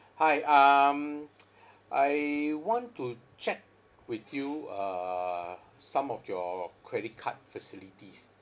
hi um I want to check with you uh some of your credit card facilities